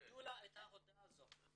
הודיעו לה את ההודעה הזאת.